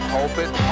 Pulpit